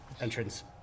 entrance